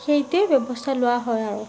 সেইটোৱেই ব্যৱস্থা লোৱা হয় আৰু